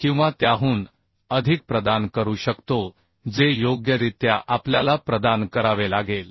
किंवा त्याहून अधिक प्रदान करू शकतो जे योग्यरित्या आपल्याला प्रदान करावे लागेल